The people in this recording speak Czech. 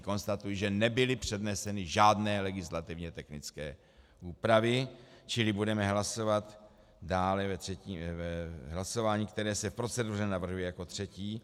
Konstatuji, že nebyly předneseny žádné legislativně technické úpravy, čili budeme hlasovat dále v hlasování, které se v proceduře navrhuje jako třetí.